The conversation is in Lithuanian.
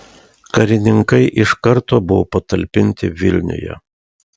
karininkai iš karto buvo patalpinti vilniuje